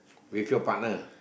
with your partner